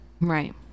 right